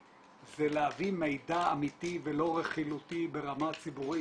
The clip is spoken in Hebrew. זה להביא מידע אמיתי ולא רכילותי ברמה ציבורית